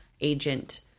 agent